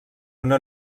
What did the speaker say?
una